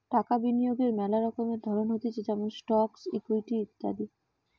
টাকা বিনিয়োগের মেলা রকমের ধরণ হতিছে যেমন স্টকস, ইকুইটি ইত্যাদি